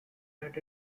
that